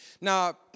Now